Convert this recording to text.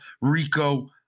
Rico